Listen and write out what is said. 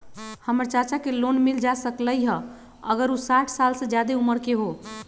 हमर चाचा के लोन मिल जा सकलई ह अगर उ साठ साल से जादे उमर के हों?